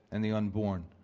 and the unborn.